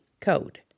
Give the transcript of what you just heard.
code